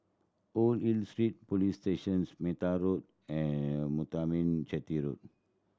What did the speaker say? Old Hill Street Police Station Metta School and Muthuraman Chetty Road